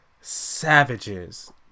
savages